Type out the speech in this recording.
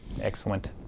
Excellent